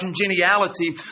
congeniality